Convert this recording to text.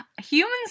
Humans